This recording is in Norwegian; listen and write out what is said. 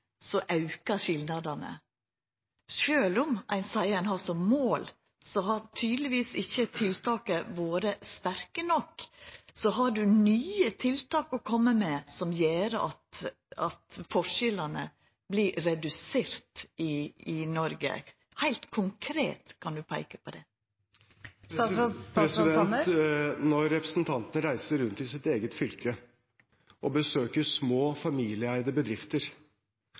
aukar skilnadane? Sjølv om ein seier kva ein har som mål, har tydelegvis ikkje tiltaka vore sterke nok. Har statsråden nye tiltak å koma med som gjer at forskjellane vert reduserte i Noreg? Kan statsråden heilt konkret peika på det? Når representanten reiser rundt i sitt eget fylke og besøker små, familieeide bedrifter,